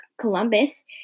Columbus